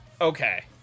Okay